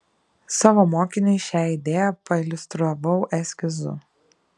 savo mokiniui šią idėją pailiustravau eskizu